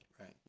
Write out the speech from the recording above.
right